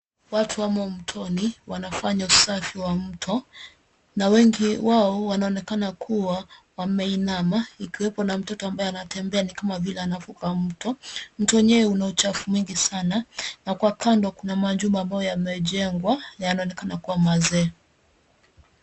Watu wamo mtoni wanafanya usafi wa mto na wengi wao wanaonekana kuwa wameinama ukiwepo na mtoto ambaye anatembea ni kama vile anavuka mto. Mto wenyewe una uchafu mwingi sana na kwa kando kuna majumba ambayo yamejegwa na yanaokana kuwa mazee.